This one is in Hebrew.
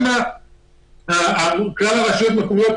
גם הרשויות המקומיות.